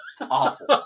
awful